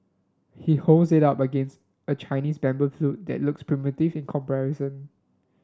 he holds it up against a Chinese bamboo flute that looks primitive in comparison